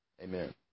Amen